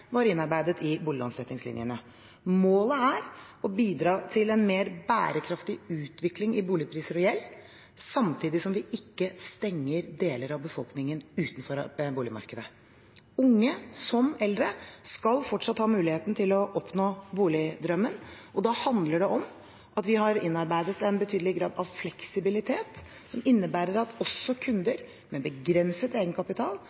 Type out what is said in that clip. var innarbeidet i boliglånsretningslinjene. Målet er å bidra til en mer bærekraftig utvikling i boligpriser og gjeld, samtidig som vi ikke stenger deler av befolkningen utenfor boligmarkedet. Unge som eldre skal fortsatt ha muligheten til å oppnå boligdrømmen, og da handler det om at vi har innarbeidet en betydelig grad av fleksibilitet, som innebærer at også kunder med begrenset egenkapital